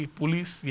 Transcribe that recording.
police